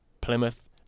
Plymouth